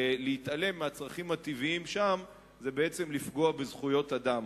ולהתעלם מהצרכים הטבעיים שם זה בעצם לפגוע בזכויות אדם.